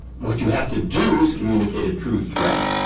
what you have to do is communicate a true threat,